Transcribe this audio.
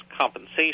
compensation